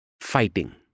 fighting